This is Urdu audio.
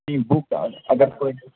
جی بک اگر کوئی